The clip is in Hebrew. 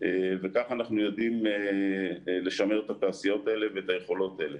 וכך אנחנו יודעים לשמר את התעשיות האלה ואת היכולות האלה.